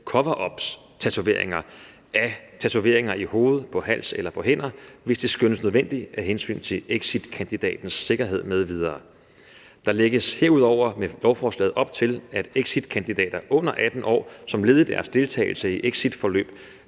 lavet såkaldte coveruptatoveringer i hoved, på hals og på hænder, hvis det skønnes nødvendigt af hensyn til exitkandidatens sikkerhed m.v. Der lægges herudover med lovforslaget op til, at exitkandidater under 18 år som led i deres deltagelse i exitforløb